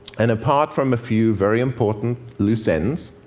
and apart from a few very important loose ends,